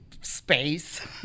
space